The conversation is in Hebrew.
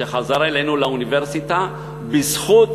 שחזר אלינו לאוניברסיטה בזכות